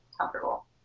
comfortable